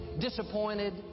disappointed